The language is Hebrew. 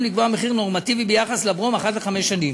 לקבוע מחיר נורמטיבי ביחס לברום אחת לחמש שנים,